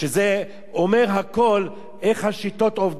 איך השיטות עובדות ואיך צריכים לחסום את העניין הזה.